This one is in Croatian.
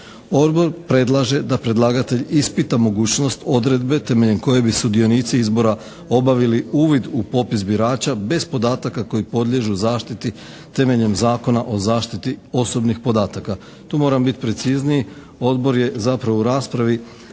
Odbor predlaže da predlagatelj ispita mogućnost odredbe temeljem kojeg bi sudionici izbora obavili uvid u popis birača bez podataka koji podliježu zaštiti temeljem Zakona o zaštiti osobnih podataka. Tu moram biti precizniji. Odbor je zapravo u raspravi